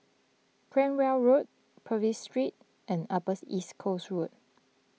Cranwell Road Purvis Street and Upper East Coast Road